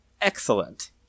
Excellent